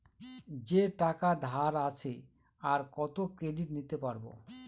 যে টাকা ধার আছে, আর কত ক্রেডিট নিতে পারবো?